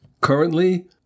Currently